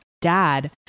dad